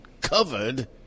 covered